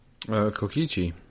Kokichi